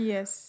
Yes